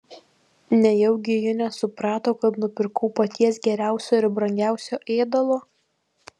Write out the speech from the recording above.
nejaugi ji nesuprato kad nupirkau paties geriausio ir brangiausio ėdalo